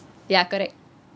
ya correct